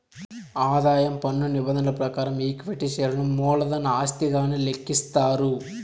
ఆదాయం పన్ను నిబంధనల ప్రకారం ఈక్విటీ షేర్లను మూలధన ఆస్తిగానే లెక్కిస్తారు